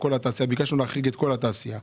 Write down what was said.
ביקשנו להחריג את כל התעשייה.